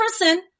person